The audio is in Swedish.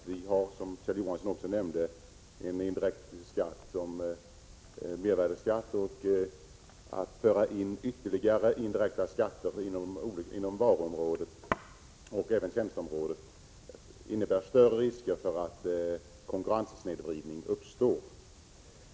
Vi har, som Kjell Johansson också nämnde, en indirekt skatt i form av mervärdeskatt, och att föra in ytterligare indirekta skatter inom varuområdet och även inom tjänsteområdet innebär större risker för att konkurrenssnedvridning uppstår.